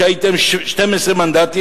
שבה היו לכם 12 מנדטים,